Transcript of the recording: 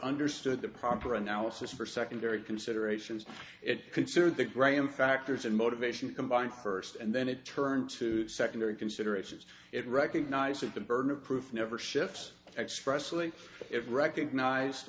understood the proper analysis for secondary considerations it considered the graham factors and motivation combined first and then it turned to secondary considerations it recognized that the burden of proof never shifts expressly it recognized